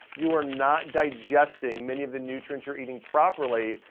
you are not digesting many of the nutrients you're eating properly.